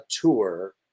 tour